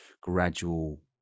gradual